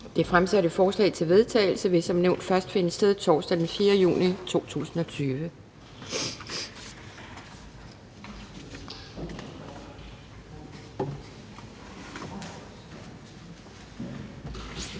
det fremsatte forslag til vedtagelse vil som nævnt først finde sted torsdag den 4. juni 2020.